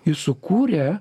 jis sukūrė